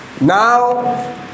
Now